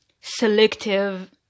selective